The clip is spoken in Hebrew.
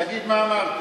תגיד מה אמרתי.